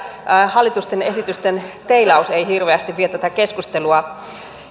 hallituksen esitysten teilaus ei hirveästi vie tätä keskustelua